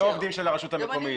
הם לא עובדים של הרשות המקומית,